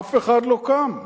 אף אחד לא קם.